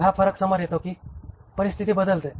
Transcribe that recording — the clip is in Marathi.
मग हा फरक समोर येतो की परिस्थिती बदलते